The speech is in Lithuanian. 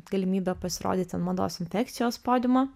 galimybę pasirodyt ant mados infekcijos podiumo